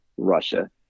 Russia